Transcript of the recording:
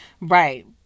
Right